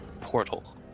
portal